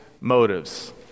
motives